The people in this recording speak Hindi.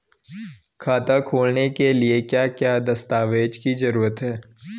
खाता खोलने के लिए क्या क्या दस्तावेज़ की जरूरत है?